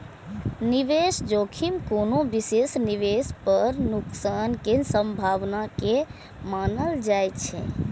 निवेश जोखिम कोनो विशेष निवेश पर नुकसान के संभावना के मानल जाइ छै